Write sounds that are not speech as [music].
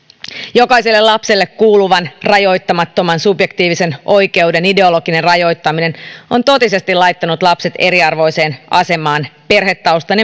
jokaiselle lapselle kuuluvan rajoittamattoman subjektiivisen oikeuden ideologinen rajoittaminen on totisesti laittanut lapset eriarvoiseen asemaan perhetaustan [unintelligible]